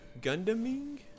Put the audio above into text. Gundaming